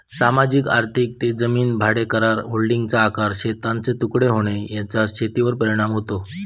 सामाजिक आर्थिक ते जमीन भाडेकरार, होल्डिंग्सचा आकार, शेतांचे तुकडे होणे याचा शेतीवर परिणाम होतो